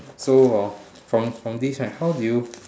so hor from from this right how do you